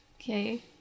Okay